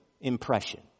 impression